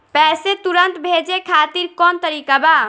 पैसे तुरंत भेजे खातिर कौन तरीका बा?